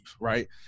right